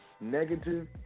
Negative